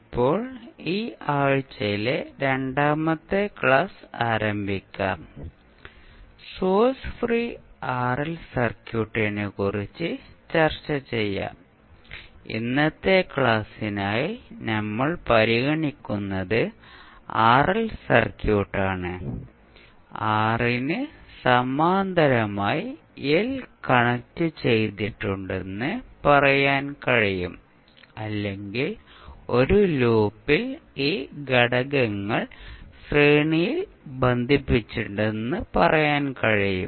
ഇപ്പോൾ ഈ ആഴ്ചയിലെ രണ്ടാമത്തെ ക്ലാസ് ആരംഭിക്കാം സോഴ്സ് ഫ്രീ ആർഎൽ സർക്യൂട്ടിനെക്കുറിച്ച് ചർച്ചചെയ്യാം ഇന്നത്തെ ക്ലാസിനായി നമ്മൾ പരിഗണിക്കുന്നത് ആർഎൽ സർക്യൂട്ടാണ് R ന് സമാന്തരമായി എൽ കണക്റ്റുചെയ്തിട്ടുണ്ടെന്ന് പറയാൻ കഴിയും അല്ലെങ്കിൽ ഒരു ലൂപ്പിൽ ഈ ഘടകങ്ങൾ ശ്രേണിയിൽ ബന്ധിപ്പിച്ചിട്ടുണ്ടെന്ന് പറയാൻ കഴിയും